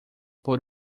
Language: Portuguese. por